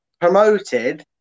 promoted